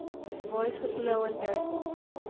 his voice was low and very hoarse.